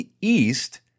East